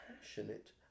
passionate